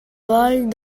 vol